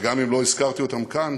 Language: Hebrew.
וגם אם לא הזכרתי אותם כאן,